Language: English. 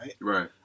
Right